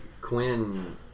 Quinn